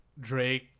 Drake